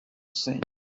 saying